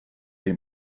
dei